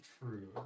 True